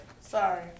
Sorry